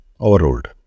overruled